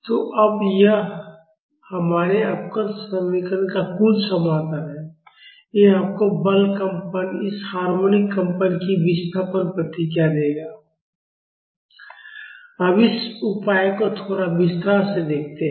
तो अब यह हमारे अवकल समीकरण का कुल समाधान है यह आपको बल कंपन इस हार्मोनिक कंपन की विस्थापन प्रतिक्रिया देगा अब इस उपाय को थोड़ा विस्तार से देखते हैं